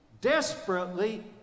desperately